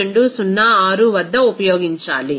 08206 వద్ద ఉపయోగించాలి